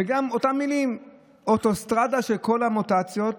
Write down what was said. גם אותן מילים: אוטוסטרדה של כל המוטציות.